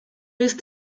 jest